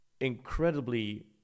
incredibly